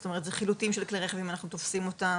זאת אומרת זה חילוטים של כלי רכב אם אנחנו תופסים אותם,